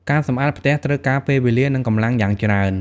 ការសម្អាតផ្ទះត្រូវការពេលវេលា និងកម្លំាងយ៉ាងច្រើន។